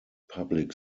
public